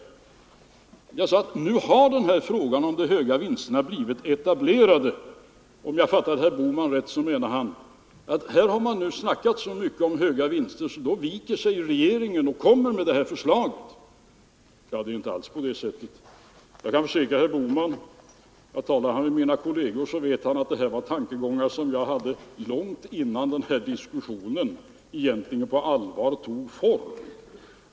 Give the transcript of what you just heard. Jag sade att nu har den här frågan om de höga vinsterna blivit etablerad. Om jag fattar herr Bohman rätt så menar han att här har man nu snackat så mycket om höga vinster att regeringen viker och kommer med det här förslaget. Det är inte alls på det sättet. Jag kan försäkra herr Bohman att talar han med mina kolleger så får han veta att det här är tankegångar som jag hade långt innan denna diskussion egentligen på allvar tog form.